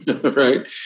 Right